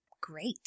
great